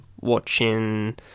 watching